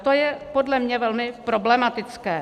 To je podle mě velmi problematické.